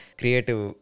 creative